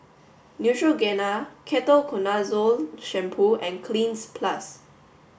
Neutrogena Ketoconazole shampoo and Cleanz plus